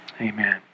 amen